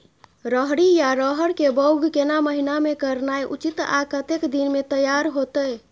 रहरि या रहर के बौग केना महीना में करनाई उचित आ कतेक दिन में तैयार होतय?